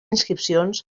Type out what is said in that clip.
inscripcions